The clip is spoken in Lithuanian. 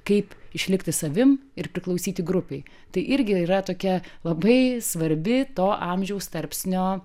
kaip išlikti savim ir priklausyti grupei tai irgi yra tokia labai svarbi to amžiaus tarpsnio